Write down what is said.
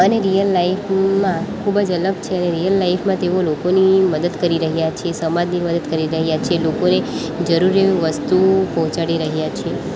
અને રિયલ લાઈફમાં ખૂબ જ અલગ છે અને રિયલ લાઈફમાં તેઓ લોકોની મદદ કરી રહ્યા છે સમાજની મદદ કરી રહ્યા છે લોકોને જરૂરી એવી વસ્તુ પહોંચાડી રહ્યા છે